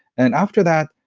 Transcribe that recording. and after that,